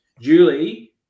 Julie